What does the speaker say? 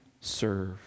serve